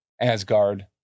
Asgard